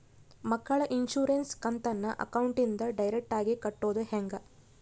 ಮಕ್ಕಳ ಇನ್ಸುರೆನ್ಸ್ ಕಂತನ್ನ ಅಕೌಂಟಿಂದ ಡೈರೆಕ್ಟಾಗಿ ಕಟ್ಟೋದು ಹೆಂಗ?